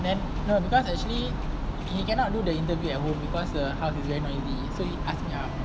then no because actually he cannot do the interview at home because the house is very noisy so he ask me out